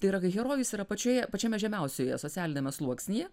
tai yra kai herojus yra pačioje pačiame žemiausioje socialiniame sluoksnyje